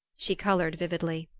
she colored vividly.